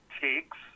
takes